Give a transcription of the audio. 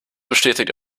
bestätigt